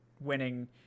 winning